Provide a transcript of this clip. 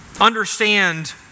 understand